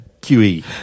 qe